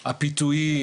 הפיתויים,